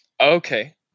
Okay